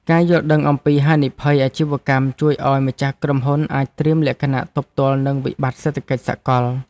ការយល់ដឹងអំពីហានិភ័យអាជីវកម្មជួយឱ្យម្ចាស់ក្រុមហ៊ុនអាចត្រៀមលក្ខណៈទប់ទល់នឹងវិបត្តិសេដ្ឋកិច្ចសកល។